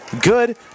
good